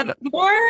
more